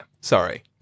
sorry